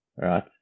right